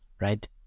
right